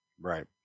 right